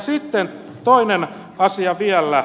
sitten toinen asia vielä